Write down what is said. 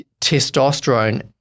testosterone